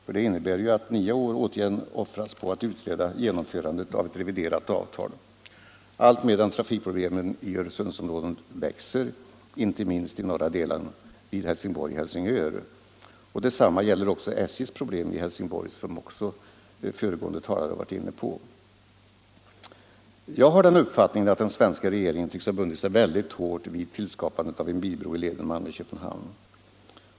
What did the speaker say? Detta innebär ju att nya år återigen offras på att utreda 5 maj 1975 genomförandet av ett reviderat avtal, allt medan trafikproblemen i Öresundsområdet växer, inte minst i norra delen vid Helsingborg-Helsingör. - Om en fast Detsamma gäller också SJ:s problem i Helsingborg, som även föregående = järnvägsförbindelse talare varit inne på. mellan Helsingborg Den svenska regeringen förefaller att ha bundit sig mycket hårt vid och Helsingör, tillskapandet av en bilbro i leden Malmö-Köpenhamn.